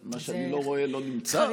שמה שאני לא רואה לא נמצא.